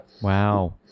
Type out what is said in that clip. Wow